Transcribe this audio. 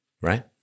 Right